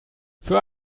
für